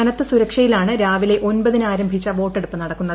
കനത്ത സുരക്ഷയിലാണ് രാവിലെ ഒൻപതിന് ആരംഭിച്ച വോട്ടെടുപ്പ് നടക്കുന്നത്